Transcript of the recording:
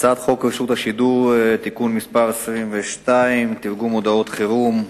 הצעת חוק רשות השידור (תיקון מס' 22) (תרגום הודעות חירום),